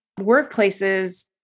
workplaces